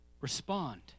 respond